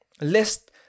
list